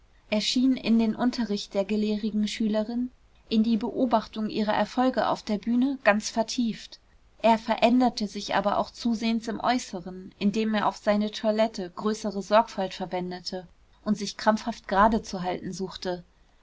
schien in den unterricht der gelehrigen schülerin in die beobachtung ihrer erfolge auf der bühne ganz vertieft er veränderte sich aber auch zusehends im äußeren indem er auf seine toilette größere sorgfalt verwendete und sich krampfhaft gerade zu halten suchte